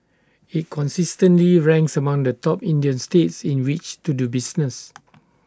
IT consistently ranks among the top Indian states in which to do business